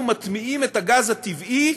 אנחנו מטמיעים את הגז הטבעי